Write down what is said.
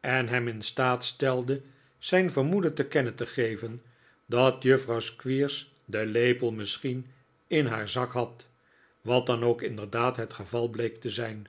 en hem in staat stelde zijn vermoeden te kennen te geven dat juffrouw squeers den lepel misschien in haar zak had wat dan ook inderdaad het geval bleek te zijn